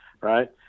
right